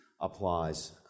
applies